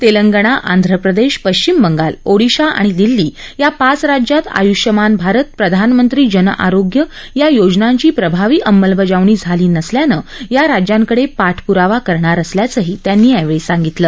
तेलंगणा आंध्र प्रदेश पश्चिम बंगाल ओडिशा आणि दिल्ली या पाच राज्यात आयुष्यमान भारत प्रधानमंत्री जन आरोग्य योजनांची प्रभावी अंमलबजावणी झाली नसल्यानं या राज्यांकडे पाठपुरावा करणार असल्याचंही त्यांनी सांगितलं